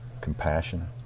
compassion